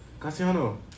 Cassiano